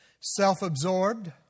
self-absorbed